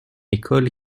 école